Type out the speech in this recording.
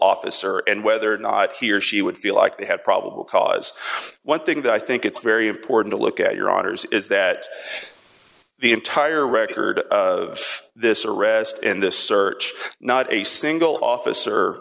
officer and whether or not he or she would feel like they have probable cause one thing that i think it's very important to look at your honour's is that the entire record this arrest in this search not a single office